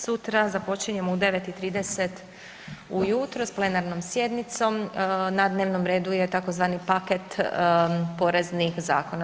Sutra započinjemo u 9,30 ujutro s plenarnom sjednicom, na dnevnom redu je tzv. paket poreznih zakona.